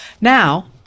Now